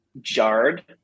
jarred